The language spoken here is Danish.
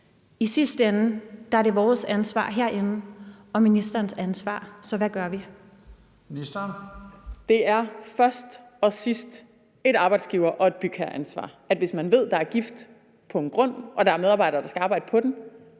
Ministeren. Kl. 15:34 Beskæftigelsesministeren (Ane Halsboe-Jørgensen): Det er først og sidst et arbejdsgiver- og et bygherreansvar, at hvis man ved, at der er gift på en grund og der er medarbejdere, der skal arbejde på den,